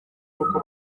aruko